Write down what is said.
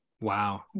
Wow